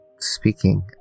speaking